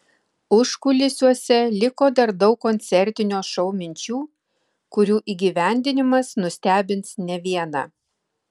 užkulisiuose liko dar daug koncertinio šou minčių kurių įgyvendinimas nustebins ne vieną